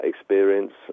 experience